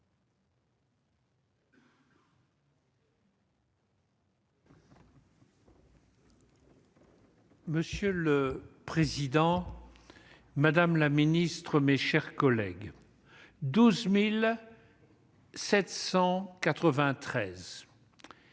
Monsieur le président, madame la ministre, mes chers collègues, à